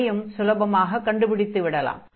அதையும் சுலபமாகக் கண்டுபிடித்துவிடலாம்